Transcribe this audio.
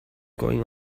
going